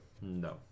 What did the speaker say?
No